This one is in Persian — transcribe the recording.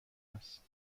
است